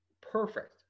perfect